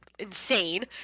Insane